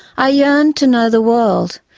i yearned to know the world,